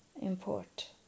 import